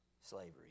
slavery